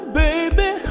baby